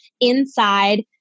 inside